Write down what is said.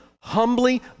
humbly